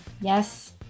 Yes